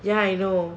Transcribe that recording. ya I know